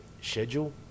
schedule